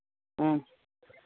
अच्छा